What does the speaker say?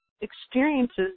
experiences